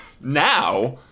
Now